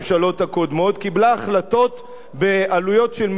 קיבלה החלטות בעלויות של מיליארדי שקלים,